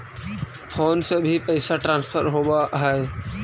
Phone से भी पैसा ट्रांसफर होवहै?